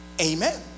Amen